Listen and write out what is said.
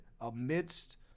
amidst